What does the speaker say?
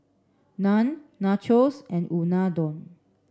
Naan Nachos and Unadon